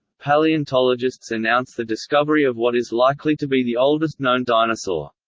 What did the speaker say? paleontologists announce the discovery of what is likely to be the oldest known dinosaur.